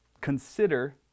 consider